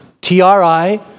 T-R-I